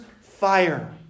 fire